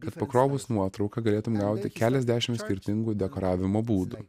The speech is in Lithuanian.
kad pakrovus nuotrauką galėtum gauti keliasdešim skirtingų dekoravimo būdų